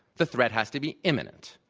the threat has to be imminent.